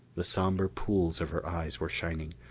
the somber pools of her eyes were shining.